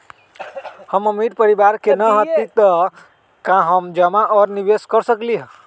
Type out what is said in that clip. हम अमीर परिवार से न हती त का हम जमा और निवेस कर सकली ह?